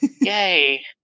Yay